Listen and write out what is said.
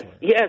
Yes